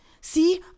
See